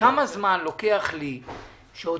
כמה זמן לוקח לי הערר אצלכם,